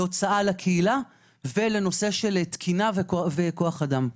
להוצאה לקהילה ולנושא תקינה וכוח אדם.